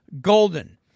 Golden